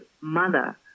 mother